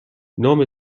نام